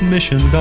Mission